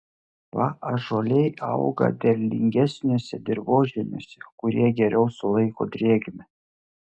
paąžuoliai auga derlingesniuose dirvožemiuose kurie geriau sulaiko drėgmę